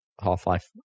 Half-Life